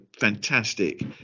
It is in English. fantastic